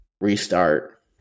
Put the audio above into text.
restart